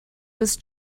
was